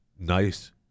nice